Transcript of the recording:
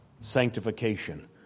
sanctification